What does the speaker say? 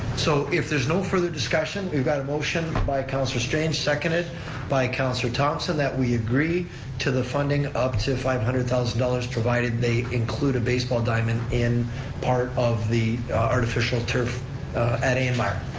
so if there's no further discussion, we've got a motion by councilor strange, seconded by councilor thomson that we agree to the funding up to five hundred thousand dollars, provided they include a baseball diamond in part of the artificial turf at a n. myer.